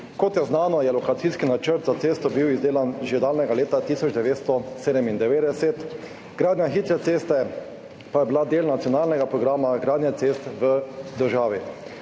Kot je znano, je bil lokacijski načrt za cesto izdelan že daljnega leta 1997, gradnja hitre ceste pa je bila del nacionalnega programa gradnje cest v državi.